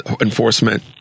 enforcement